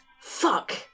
Fuck